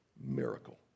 miracle